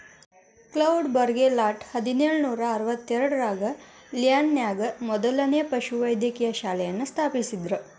cloud Bourgelat ಹದಿನೇಳು ನೂರಾ ಅರವತ್ತೆರಡರಾಗ ಲಿಯಾನ್ ನ್ಯಾಗ ಮೊದ್ಲನೇ ಪಶುವೈದ್ಯಕೇಯ ಶಾಲೆಯನ್ನ ಸ್ಥಾಪಿಸಿದ್ರು